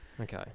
Okay